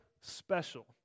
special